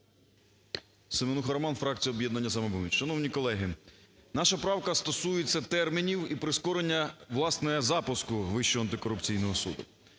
Семенуха Роман. Фракція "Об'єднання "Самопоміч". Шановні колеги, наша правка стосується термінів і прискорення, власне, запуску Вищого антикорупційного суду.